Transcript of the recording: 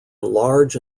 large